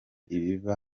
ibiva